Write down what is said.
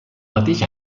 mateix